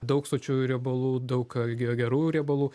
daug sočiųjų riebalų daug ge gerųjų riebalų